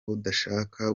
budashaka